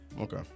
Okay